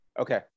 okay